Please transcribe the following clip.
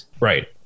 Right